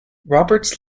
roberts